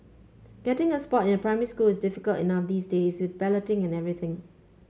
getting a spot in a primary school is difficult enough these days with balloting and everything